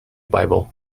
bible